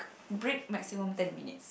break maximum ten minutes